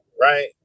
right